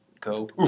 go